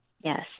Yes